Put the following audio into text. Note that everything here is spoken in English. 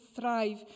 thrive